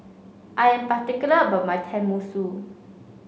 I am particular about my Tenmusu